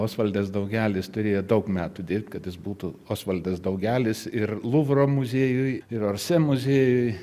osvaldas daugelis turėjo daug metų dirbt kad jis būtų osvaldas daugelis ir luvro muziejuj ir orsė muziejuj